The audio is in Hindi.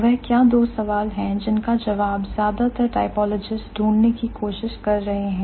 वह क्या दो सवाल हैं जिनका जवाब ज्यादातर typologists ढूंढने की कोशिश कर रहे हैं